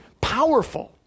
powerful